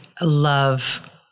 love